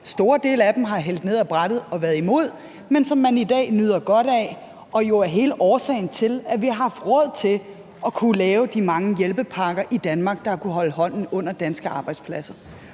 Socialdemokratiet har hældt ned ad brættet og været imod, men som man i dag nyder godt af, og som jo er hele årsagen til, at vi har haft råd til at kunne lave de mange hjælpepakker i Danmark, der har kunnet holde hånden under danske arbejdspladser.